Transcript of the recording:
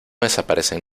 desaparecen